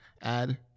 add